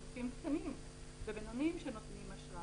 לגופים קטנים ובינוניים שנותנים אשראי.